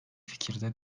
fikirde